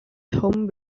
home